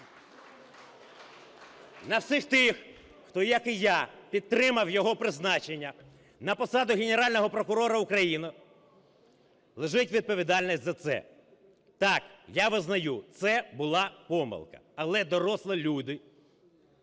На всіх тих, хто, як і я, підтримав його призначення на посаду Генерального прокурора України, лежить відповідальність за це. Так, я визнаю: це була помилка. Але дорослі люди,